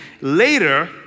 later